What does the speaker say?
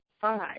five